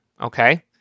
Okay